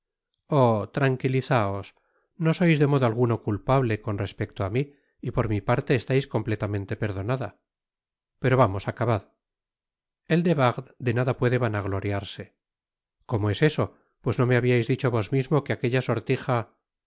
tranquilizaos no sois de modo alguno culpablecon respecto á mi y por mi parte estais completamente perdonada pero vamos acabad el de wardes de nada puede vanagloriarse cómo es eso pues no me habiais dicho vos mismo que aquella sortija